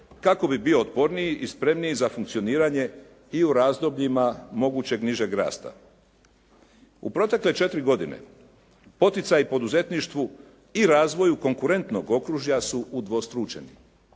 kako bi bio otporniji i spremniji za funkcioniranje i u razdobljima mogućeg nižeg rasta. U protekle 4 godine poticaji poduzetništvu i razvoju konkurentnog okružja su udvostručeni.